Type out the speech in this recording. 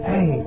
Hey